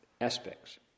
aspects